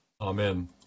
Amen